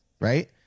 right